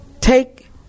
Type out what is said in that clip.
Take